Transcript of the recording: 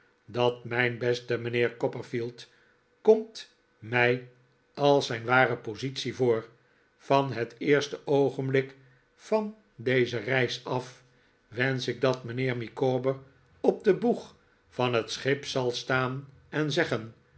dat mijn beste mijnheer copperfield komt mij als zijn ware positie voor van het eerste oogenblik van deze reis af wensch ik dat mijnheer micawber op den boeg van het schip zal staan en zeggen